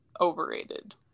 overrated